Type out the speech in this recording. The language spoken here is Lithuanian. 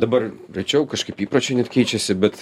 dabar rečiau kažkaip įpročiai net keičiasi bet